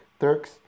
Turks